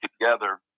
together